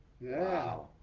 Wow